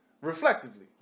Reflectively